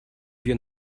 wir